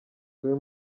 uyu